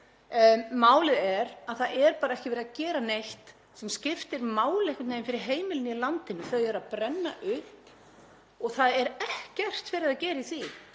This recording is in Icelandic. Málið er að það er ekki verið að gera neitt sem skiptir máli einhvern veginn fyrir heimilin í landinu. Þau eru að brenna upp og það er ekkert verið að gera í því.